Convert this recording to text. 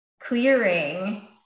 clearing